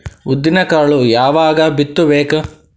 ಉದ್ದಿನಕಾಳು ಯಾವಾಗ ಬಿತ್ತು ಬೇಕು?